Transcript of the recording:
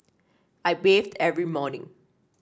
I bathe every morning